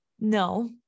No